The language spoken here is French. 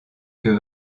que